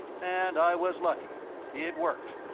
and i was lucky it worked.